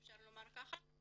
אם אפשר לומר ככה.